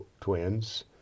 twins